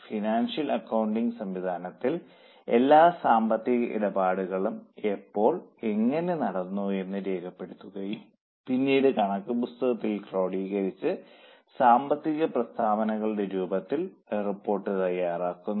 financial accounting സംവിധാനത്തിൽ എല്ലാ സാമ്പത്തിക ഇടപാടുകളും എപ്പോൾ എങ്ങനെ നടക്കുന്നു എന്നത് രേഖപ്പെടുത്തുകയും പിന്നീടത് കണക്കുപുസ്തകത്തിൽ ക്രോഡീകരിച്ച് സാമ്പത്തിക പ്രസ്താവനകളുടെ രൂപത്തിൽ റിപ്പോർട്ട് തയ്യാറാക്കുന്നു